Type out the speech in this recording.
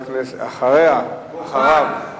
ולא המדינה תהיה הקורבן.